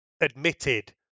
admitted